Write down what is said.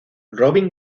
robin